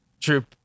True